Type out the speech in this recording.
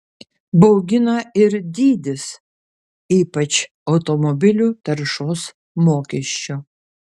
baugina ir dydis ypač automobilių taršos mokesčio